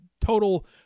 total